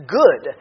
good